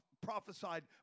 prophesied